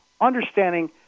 understanding